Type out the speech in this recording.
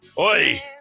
Oi